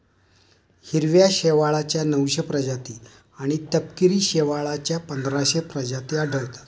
हिरव्या शेवाळाच्या नऊशे प्रजाती आणि तपकिरी शेवाळाच्या पंधराशे प्रजाती आढळतात